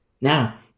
now